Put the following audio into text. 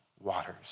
waters